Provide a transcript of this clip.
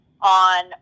on